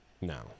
No